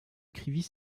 écrivit